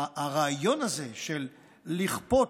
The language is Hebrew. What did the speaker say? הרעיון הזה של לכפות,